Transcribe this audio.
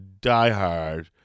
diehard